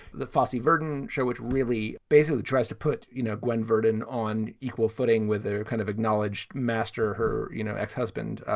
the fossey verden show, which really basically tries to you know, gwen verdin on equal footing with the kind of acknowledged master, her you know ex-husband,